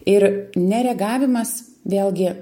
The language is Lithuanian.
ir nereagavimas vėlgi